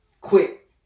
Quit